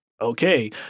okay